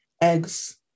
Eggs